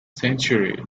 century